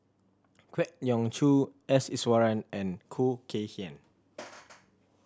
Kwek Leng Joo S Iswaran and Khoo Kay Hian